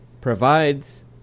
provides